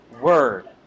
word